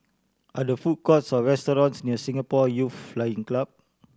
are there food courts or restaurants near Singapore Youth Flying Club